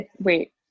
Wait